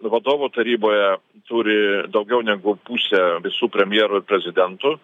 vadovų taryboje turi daugiau negu pusę visų premjerų ir prezidentų